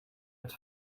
het